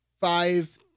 five